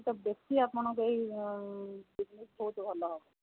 ତ ବେଶୀ ଆପଣଙ୍କ ଏହି ବିଜନେସ୍ ବହୁତ ଭଲ ହେବ